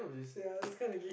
yeah it's kinda gay